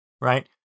right